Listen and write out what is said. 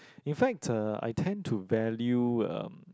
in fact I tend to value